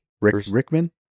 Rickman